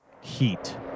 Heat